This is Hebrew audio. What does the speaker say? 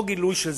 או גילוי של זהות.